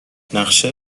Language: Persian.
نقشه